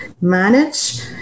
manage